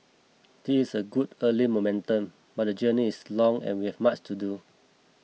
this is a good early momentum but the journey is long and we have much to do